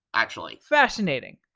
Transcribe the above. actually. fascinating,